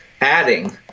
adding